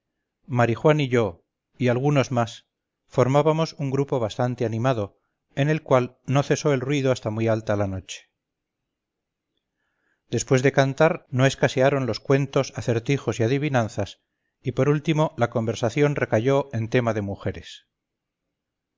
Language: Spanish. santorcaz marijuán yo y algunos más formábamos un grupo bastante animado en el cual no cesó el ruido hasta muy alta la noche después de cantar no escasearon los cuentos acertijos y adivinanzas y por último la conversación recayó en tema de mujeres